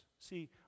See